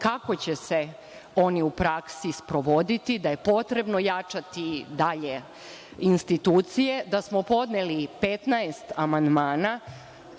kako će se oni u praksi sprovoditi, da je potrebno jačati dalje institucije. Da smo podneli 15 amandmana,